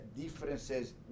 differences